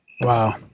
Wow